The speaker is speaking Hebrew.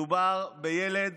מדובר בילד